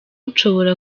nshobora